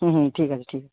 হুম হুম ঠিক আছে ঠিক আছে